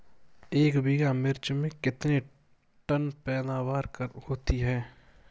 एक बीघा मिर्च में कितने टन पैदावार होती है?